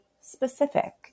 specific